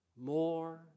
more